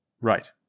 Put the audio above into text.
Right